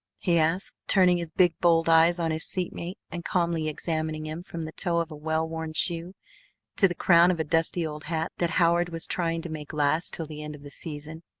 he asked, turning his big, bold eyes on his seatmate and calmly examining him from the toe of a well-worn shoe to the crown of a dusty old hat that howard was trying to make last till the end of the season.